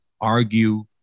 argue